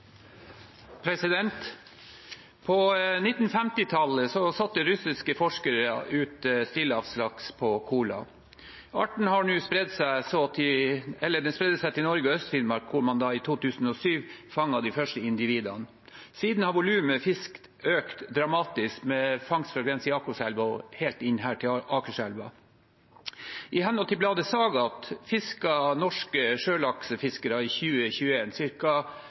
stillehavslaks på Kola. Arten spredte seg så til Norge og Øst-Finnmark, hvor man i 2007 fanget de første individene. Siden har volumet fisk økt dramatisk, med fangst fra Grense Jakobselv og til Akerselva. Ifølge bladet Ságat fisket norske sjølaksefiskere i